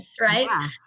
right